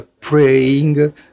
praying